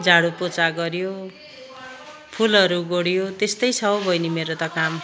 झाडु पोचा गर्यो फुलहरू गोड्यो त्यस्तै छ हौ बहिनी मेरो त काम